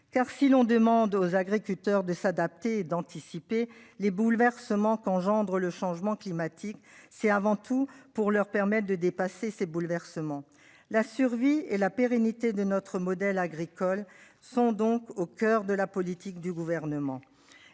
Car si l'on demande aux agriculteurs de s'adapter d'anticiper les bouleversements qu'engendre le changement climatique, c'est avant tout pour leur permettent de dépasser ces bouleversements la survie et la pérennité de notre modèle agricole sont donc au coeur de la politique du gouvernement